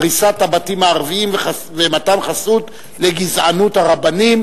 הריסת הבתים הערביים ומתן חסות לגזענות הרבנים.